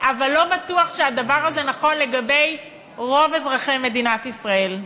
אבל לא בטוח שהדבר הזה נכון לגבי רוב אזרחי מדינת ישראל.